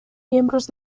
miembros